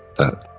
that,